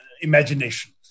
imagination